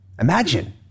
Imagine